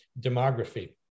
demography